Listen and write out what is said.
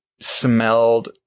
smelled